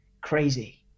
crazy